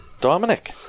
Dominic